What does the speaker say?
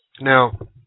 Now